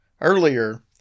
earlier